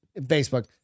facebook